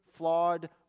flawed